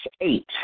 eight